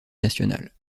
nationale